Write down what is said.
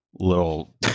Little